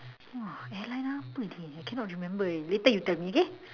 !wah! airline apa je I cannot remember already later you tell me k